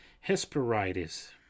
Hesperides